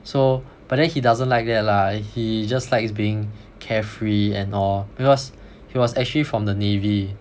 so but then he doesn't like that lah he just likes being carefree and all because he was actually from the navy